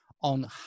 on